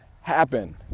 happen